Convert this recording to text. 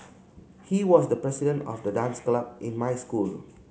he was the president of the dance club in my school